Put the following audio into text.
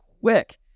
quick